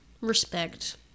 Respect